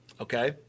Okay